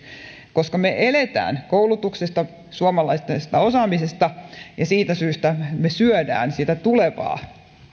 koska me elämme koulutuksesta suomalaisesta osaamisesta ja siitä syystä me syömme sitä tulevaa